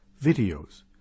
Videos